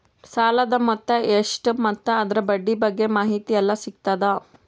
ಸಾಲದ ಮೊತ್ತ ಎಷ್ಟ ಮತ್ತು ಅದರ ಬಡ್ಡಿ ಬಗ್ಗೆ ಮಾಹಿತಿ ಎಲ್ಲ ಸಿಗತದ?